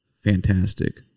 fantastic